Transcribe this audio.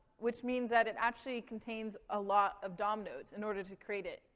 which means that it actually contains a lot of dom nodes in order to create it,